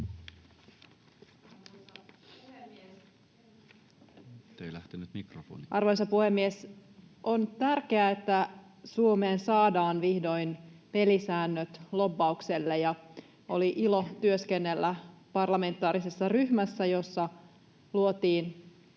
Arvoisa puhemies! On tärkeää, että Suomeen saadaan vihdoin pelisäännöt lobbaukselle, ja oli ilo työskennellä parlamentaarisessa ryhmässä, jossa luotiin